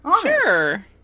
Sure